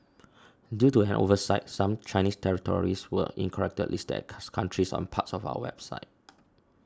due to an oversight some Chinese territories were incorrectly listed cuts countries on parts of our website